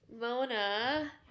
Mona